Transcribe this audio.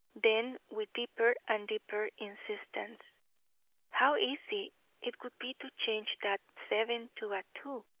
then with deeper and deeper insistence how easy it would be to change that seven to a two!